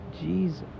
Jesus